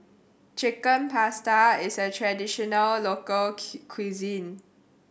Chicken Pasta is a traditional local cuisine